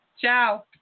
Ciao